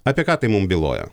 apie ką tai mum byloja